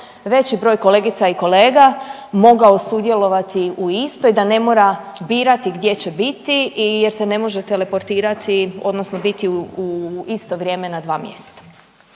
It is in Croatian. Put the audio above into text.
veći broj kolegica i kolega mogao sudjelovati u istoj da ne mora birati gdje će biti i jer se ne može teleportirati odnosno biti u isto vrijeme na dva mjesta.